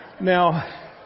Now